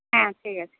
হ্যাঁ ঠিক আছে